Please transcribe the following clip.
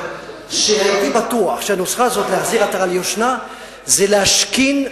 שהייתי בטוח שהנוסחה הזאת של להחזיר עטרה ליושנה זה להשכין,